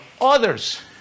others